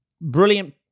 brilliant